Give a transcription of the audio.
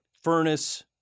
furnace